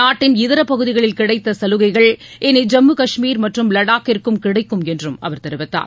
நாட்டின் இதர பகுதிகளில் கிடைத்த கலுகைகள் இனி ஜம்மு கஷ்மீர் மற்றும் லடாக்கிற்கும் கிடைக்கும் என்றும் அவர் தெரிவித்தார்